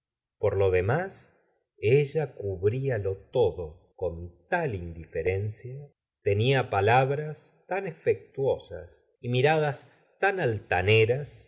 por lo de más ella cubríalo todo con tal indiferencia tenia palabras tan efectuosas y miradas tan altaneras